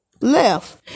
Left